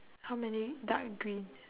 how many dark green